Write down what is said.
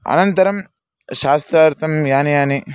अनन्तरं शास्त्रार्थं यानि यानि